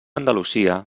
andalusia